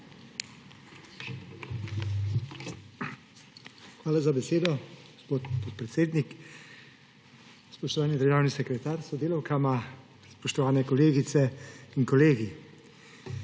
Hvala za besedo, gospod podpredsednik. Spoštovani državni sekretar s sodelavkama, spoštovane kolegice in kolegi!